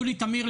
יולי תמיר,